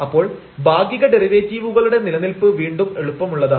അപ്പോൾ ഭാഗിക ഡെറിവേറ്റീവുകളുടെ നിലനിൽപ്പ് വീണ്ടും എളുപ്പമുള്ളതാണ്